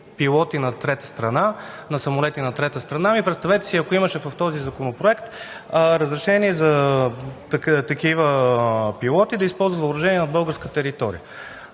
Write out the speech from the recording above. въоръжение от страна на самолети на трета страна, представете си, ако имаше в този законопроект разрешение такива пилоти да използват въоръжение на българска територия?!